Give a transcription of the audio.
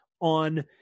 on